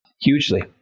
hugely